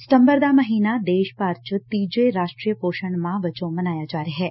ਸਤੰਬਰ ਦਾ ਮਹੀਨਾ ਦੇਸ਼ ਭਰ ਚ ਤੀਜੇ ਰਾਸਟਰੀ ਪੋਸ਼ਣ ਮਾਹ ਵਜੋਂ ਮਨਾਇਆ ਜਾ ਰਿਹੈ